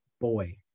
boy